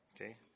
Okay